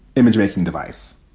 image making device,